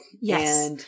Yes